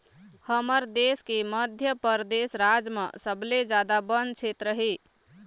हमर देश के मध्यपरेदस राज म सबले जादा बन छेत्र हे